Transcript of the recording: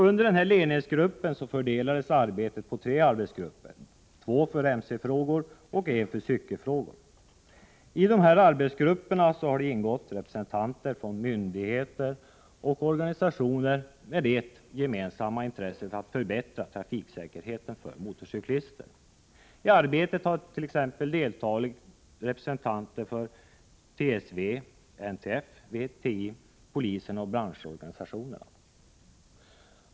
Under denna ledningsgrupp fördelades arbetet på tre arbetsgrupper — två för mc-frågor och en för cykelfrågor. I dessa arbetsgrupper har ingått representanter för myndigheter och organisationer med det gemensamma intresset att förbättra trafiksäkerheten för motorcyklister. I arbetet hart.ex. deltagit representanter för TSV, NTF, VTI, polisen och branschorganisationer.